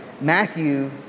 Matthew